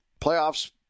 playoffs